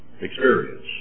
experience